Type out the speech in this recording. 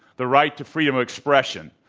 the right to freedom of expression,